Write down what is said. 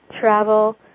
travel